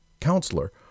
counselor